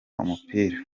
umupira